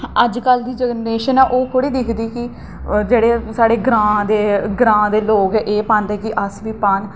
अजकल दी जैनरेशन ऐ ना ओह् थोह्ड़ी दिखदी कि जेह्ड़े साढ़े ग्रांऽ दे ग्रांऽ दे लोक एह् पांदे कि अस बी पां